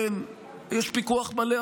יש פיקוח מלא.